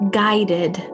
guided